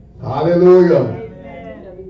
Hallelujah